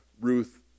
Ruth